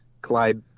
Clyde